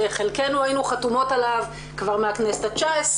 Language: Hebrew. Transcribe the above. חלקנו היינו חתומות עליו כבר מהכנסת ה-19,